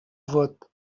vot